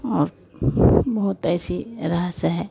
और बहुत ऐसे रहस्य हैं